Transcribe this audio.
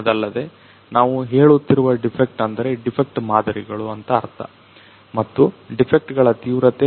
ಅದಲ್ಲದೆ ನಾವು ಹೇಳುತ್ತಿರುವ ಡಿಫೆಕ್ಟ್ ಅಂದ್ರೆ ಡಿಫೆಕ್ಟ್ ಮಾದರಿಗಳು ಅಂತ ಅರ್ಥ ಮತ್ತು ಡಿಫೆಕ್ಟ್ ಗಳ ತೀವ್ರತೆ